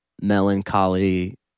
melancholy